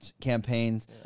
campaigns